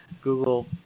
Google